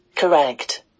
Correct